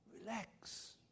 Relax